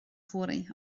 fory